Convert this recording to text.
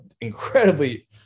incredibly –